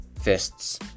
Fists